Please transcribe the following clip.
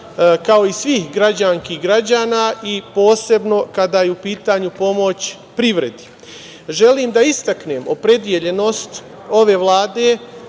kao i svih građanki i građana i posebno kada je u pitanju pomoć privredi. Želim da istaknem opredeljenost ove Vlade,